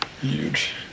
Huge